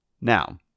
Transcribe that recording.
Now